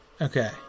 Okay